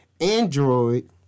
Android